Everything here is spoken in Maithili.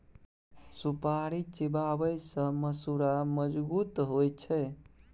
सुपारी चिबाबै सँ मसुरा मजगुत होइ छै